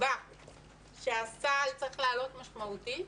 תקבע שהסל צריך לעלות משמעותית,